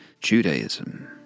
Judaism